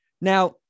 Now